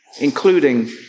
including